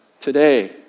today